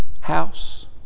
house